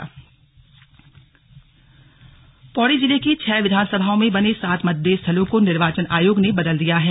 मतदेय स्थल बदलाव पौड़ी जिले की छह विधानसभाओं में बने सात मतदेय स्थलों को निर्वाचन आयोग ने बदल दिया है